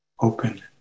Open